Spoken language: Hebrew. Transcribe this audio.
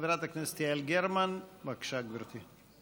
חברת הכנסת יעל גרמן, בבקשה, גברתי.